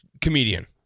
Comedian